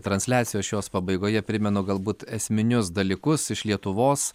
transliacijos šios pabaigoje primenu galbūt esminius dalykus iš lietuvos